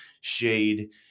shade